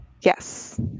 Yes